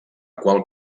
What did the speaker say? qual